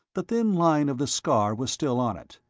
the thin line of the scar was still on it.